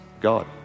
God